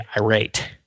irate